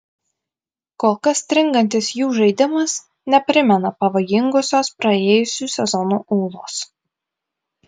kol kas stringantis jų žaidimas neprimena pavojingosios praėjusių sezonų ūlos